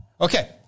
Okay